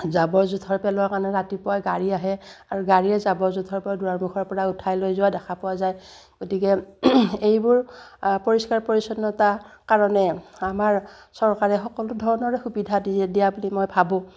জাবৰ জোঁথৰ পেলোৱাৰ কাৰণে ৰাতিপুৱাই গাড়ী আহে আৰু গাড়ীয়ে জাবৰ জোঁথৰপৰা দুৱাৰমুখৰপৰা উঠাই লৈ যোৱা দেখা পোৱা যায় গতিকে এইবোৰ পৰিষ্কাৰ পৰিচ্ছন্নতা কাৰণে আমাৰ চৰকাৰে সকলো ধৰণৰে সুবিধা দি দিয়া বুলি মই ভাবোঁ